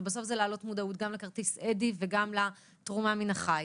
ובסוף זה להעלות מודעות גם לכרטיס וגם לתרומה מן החי.